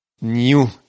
new